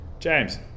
James